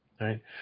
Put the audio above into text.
Right